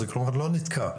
כלומר זה לא נתקע.